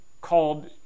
called